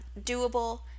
doable